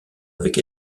avec